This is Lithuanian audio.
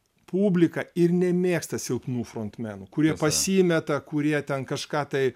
publika ir nemėgsta silpnų frontmenų kurie pasimeta kurie ten kažką tai